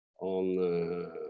on